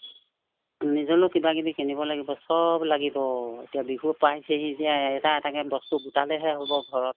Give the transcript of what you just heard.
নিজলৈও কিবা কিবি কিনিব লাগিব সব লাগিব এতিয়া বিহু পাইছেহি যে এটা এটাকৈ বস্তু গোটালেহে হ'ব ঘৰত